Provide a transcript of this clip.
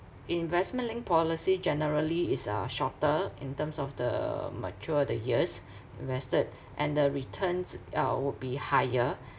investment-linked policy generally is uh shorter in terms of the mature the years invested and the returns uh would be higher